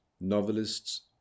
Novelists